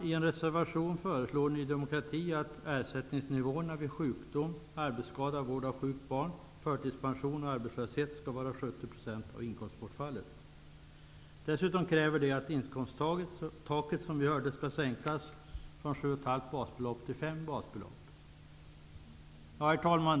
I en reservation föreslår Ny demokrati att ersättningsnivåerna vid sjukdom, arbetsskada, vård av sjukt barn, förtidspension och arbetslöshet skall vara 70 % av inkomstbortfallet. Dessutom kräver de att inkomsttaket skall sänkas från 7,5 basbelopp till 5 basbelopp. Herr talman!